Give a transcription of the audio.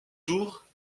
tours